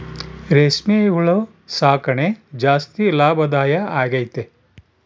ರೇಷ್ಮೆ ಹುಳು ಸಾಕಣೆ ಜಾಸ್ತಿ ಲಾಭದಾಯ ಆಗೈತೆ